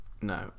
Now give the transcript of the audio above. No